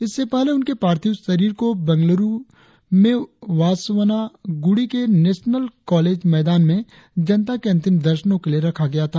इससे पहले उनके पार्थिव शरीर को बंगलुरु में वासवनागुड़ी के नेशनल कॉलेज मैदान में जनता के अंतिम दर्शनों के लिए रखा गया था